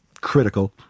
critical